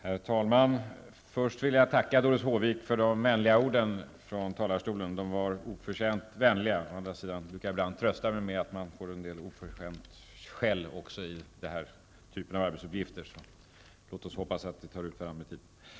Herr talman! Först vill jag tacka Doris Håvik för de vänliga orden från talarstolen. De var oförtjänt vänliga. Å andra sidan tycker jag att man ibland får en del oförtjänt skäll också i den här typen av arbetsuppgifter. Låt oss hoppas att de tar ut varandra med tiden.